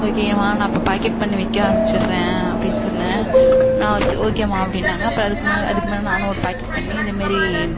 okay மா நான் அப்போ பாக்கெட் பண்ணி விற்க ஆரமிச்சிடறேன் அப்படின் சொன்னேன் நான் ஓகேமா அப்படின்னாங்க அப்போ அதுக் அதுக்கு மேலே நானும் ஒரு பாக்கெட் பண்ணி இதேமாரி